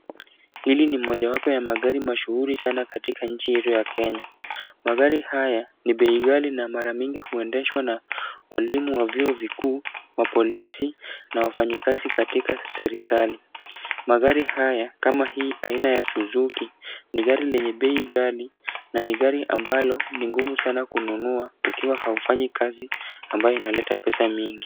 Hili ni mojawapo ya magari mashuhuri sana katika nchi yetu ya Kenya. Magari haya ni bei ghali na mara mingi huendeshwa na walimu wa vyou vikuu, mapolisi na wafanyikazi katika serikali. Magari haya kama hii aina ya suzuki, ni gari lenye bei ghali na ni gari ambalo ni ngumu sana kununua, ukiwa haufanyi kazi ambayo inaleta pesa mingi.